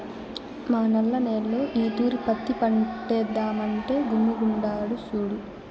మా నల్ల నేల్లో ఈ తూరి పత్తి పంటేద్దామంటే గమ్ముగుండాడు సూడు